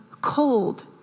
cold